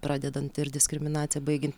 pradedant ir diskriminacija baigian